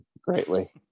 greatly